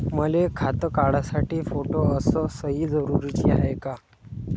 मले खातं काढासाठी फोटो अस सयी जरुरीची हाय का?